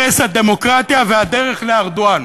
הרס הדמוקרטיה והדרך לארדואן.